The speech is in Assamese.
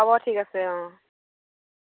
হ'ব ঠিক আছে অঁ